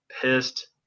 pissed